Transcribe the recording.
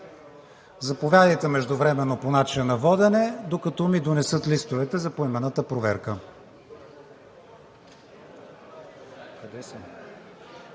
Заповядайте междувременно по начина на водене, докато ми донесат листовете за поименната проверка.